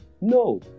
No